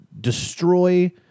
destroy